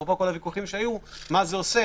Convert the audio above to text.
אפרופו כל הוויכוחים שהיו על מה שזה עושה.